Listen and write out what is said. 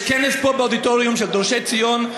יש כנס באודיטוריום של "דורשי ציון",